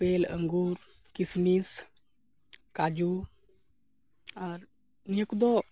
apple ᱟᱺᱜᱩᱨ ᱠᱤᱥᱢᱤᱥ ᱠᱟ ᱡᱩ ᱟᱨ ᱱᱤᱭᱟᱹ ᱠᱚᱫᱚ